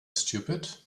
stupid